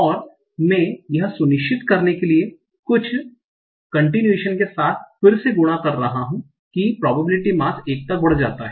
और मैं यह सुनिश्चित करने के लिए कुछ निरंतरता के साथ फिर से गुणा कर रहा हूं कि probability mass 1 तक बढ़ जाता है